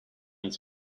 its